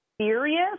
serious